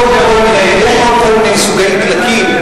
כל מיני סוגי דלקים.